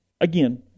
Again